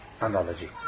analogy